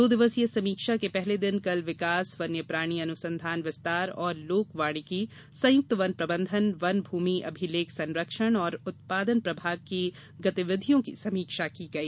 दो दिवसीय समीक्षा के पहले दिन कल विकास वन्यप्राणी अनुसंधान विस्तार एवं लोक वानिकी संयुक्त वन प्रबंधन वन भू अभिलेख संरक्षण और उत्पादन प्रभाग की गतिविधियों की समीक्षा की गई